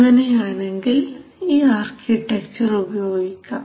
അങ്ങനെയാണെങ്കിൽ ഈ ആർക്കിടെക്ചർ ഉപയോഗിക്കാം